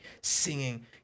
singing